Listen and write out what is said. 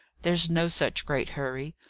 there's no such great hurry.